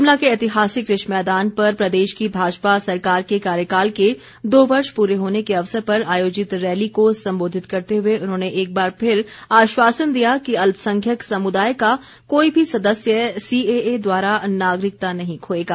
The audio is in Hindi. शिमला के ऐतिहासिक रिज मैदान पर प्रदेश की भाजपा सरकार के कार्यकाल के दो वर्ष पूरे होने के अवसर पर आयोजित रैली को सम्बोधित करते हुए उन्होंने एक बार फिर आश्वासन दिया कि अल्पसंख्यक समुदाय का कोई भी सदस्य सीएए द्वारा नागरिकता नहीं खोएगा